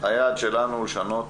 היעד שלנו הוא לשנות